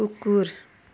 कुकुर